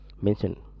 Mention